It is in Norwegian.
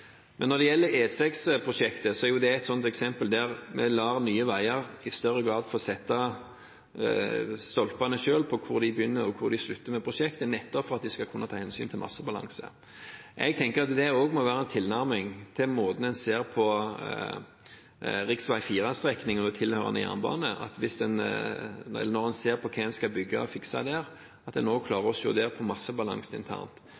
men som også ivaretar de mindre aktørene, de såkalte MEF-aktørene. Vi kan ikke bare ha svære prosjekt som gjør at vi ikke har det mangfoldet som spirer og gror under. Når det gjelder E6-prosjektet, er det et eksempel der vi lar Nye Veier i større grad få sette stolpene selv for hvor de begynner og hvor de slutter prosjektet, nettopp for at de skal kunne ta hensyn til massebalansen. Jeg tenker at det også må være en tilnærming til måten å se rv. 4-strekningen og tilhørende jernbane på – at når man ser på